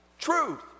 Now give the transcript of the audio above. truth